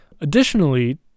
additionally